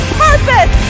purpose